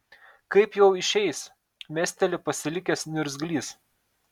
kaip jau išeis mesteli pasilikęs niurgzlys